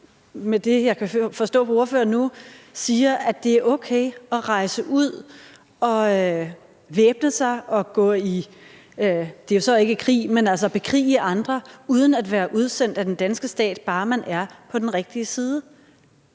nu, i virkeligheden siger, at det er okay at rejse ud og væbne sig og ikke gå i krig, men bekrige andre uden at være udsendt af den danske stat, bare man er på den rigtige side.